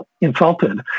Insulted